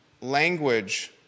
language